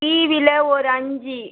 டிவியில் ஒரு அஞ்சு